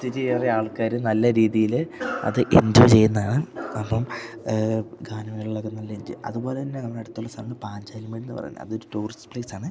ഒത്തിരിയേറെ ആൾക്കാർ നല്ല രീതിയിൽ അത് എഞ്ചോയ് ചെയ്യുന്നതാണ് അപ്പം ഗാനമേളകളിലൊക്കെ നല്ല എഞ്ചോയ് അതുപോലെതന്നെ നമ്മുടെ അടുത്തുള്ള സ്ഥലമാണ് പാഞ്ചാലിമേടെന്നു പറയുന്ന അതൊരു ടൂറിസ്റ്റ് പ്ലേസ്സാണ്